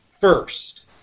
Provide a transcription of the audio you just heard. first